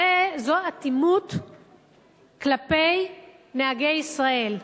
זו אטימות כלפי נהגי ישראל,